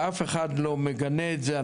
ואף אחד לא מגנה את זה.